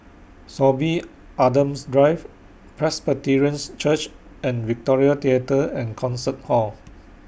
Sorby Adams Drive Presbyterian Church and Victoria Theatre and Concert Hall